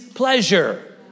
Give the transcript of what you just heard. pleasure